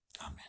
Amen